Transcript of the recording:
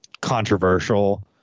controversial